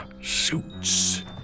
suits